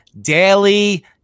daily